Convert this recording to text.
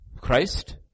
Christ